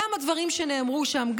גם הדברים שנאמרו שם,